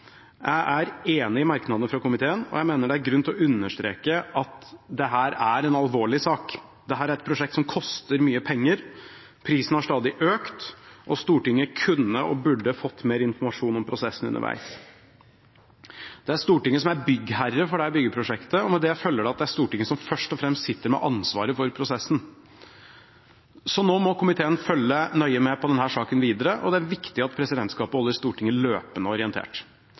Jeg er enig i merknadene fra komiteen og mener det er grunn til å understreke at dette er en alvorlig sak. Dette er et prosjekt som koster mye penger, prisen har stadig økt, og Stortinget kunne og burde fått mer informasjon om prosessen underveis. Stortinget er byggherre for dette byggeprosjektet. Med det følger at Stortinget først og fremst sitter med ansvaret for prosessen. Nå må komiteen følge nøye med på denne saken videre, og det er viktig at presidentskapet holder Stortinget løpende orientert.